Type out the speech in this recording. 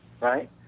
Right